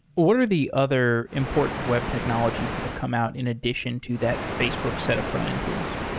what are the other important web technologies that have come out in addition to that facebook set of frontend tools?